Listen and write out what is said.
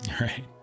right